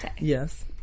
Yes